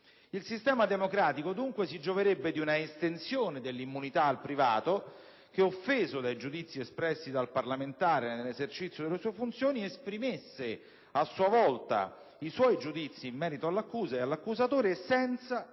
Il sistema democratico, dunque, si gioverebbe di un'estensione dell'immunità al privato che, offeso dai giudizi espressi dal parlamentare nell'esercizio delle sue funzioni, esprimesse a sua volta i suoi giudizi in merito all'accusa e all'accusatore, senza dover